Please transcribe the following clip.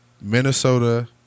Minnesota